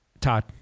Todd